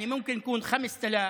זאת אומרת זה יכול להיות חוב של 5,000,